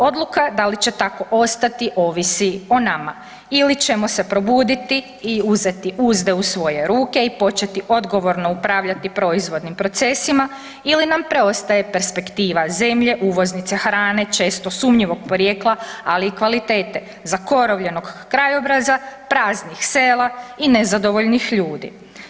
Odluka da li će tako ostati ovisi o nama ili ćemo se probuditi i uzeti uzde u svoje ruke i početi odgovorno upravljati proizvodnim procesima ili nam preostaje perspektiva zemlje uvoznica hrane, često sumnjivog porijekla, ali i kvalitete, zakorovljenog krajobraza, praznih sela i nezadovoljnih ljudi.